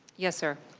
yes, sir.